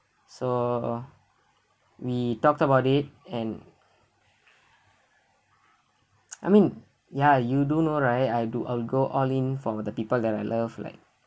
so we talked about it and I mean yeah you do know right I do I'll go all in for the people that I love like